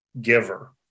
giver